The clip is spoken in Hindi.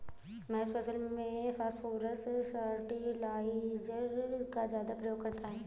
महेश फसल में फास्फेट फर्टिलाइजर का ज्यादा प्रयोग करता है